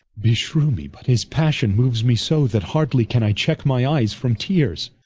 beshrew me, but his passions moues me so, that hardly can i check my eyes from teares